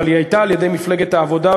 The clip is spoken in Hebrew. אבל היא הייתה מונהגת על-ידי מפלגת העבודה,